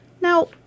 now